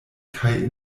kaj